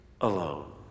alone